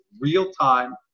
real-time